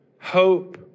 hope